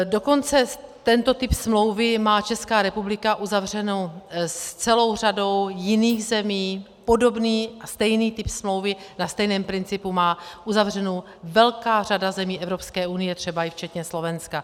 Dokonce tento typ smlouvy má Česká republiku uzavřený s celou řadou jiných zemí, podobný a stejný typ smlouvy na stejném principu má uzavřený velká řada zemí EU, třeba i včetně Slovenska.